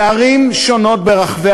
בערים שונות ברחבי